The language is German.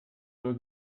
nur